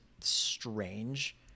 strange